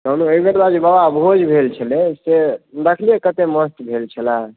कहलहुँ एहिबेरका जे बबा भोज भेल छलै से देखलियै कतेक मस्त भेल छलै